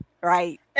right